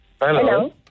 Hello